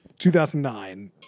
2009